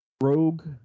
Rogue